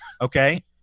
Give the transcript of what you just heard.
okay